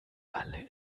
alle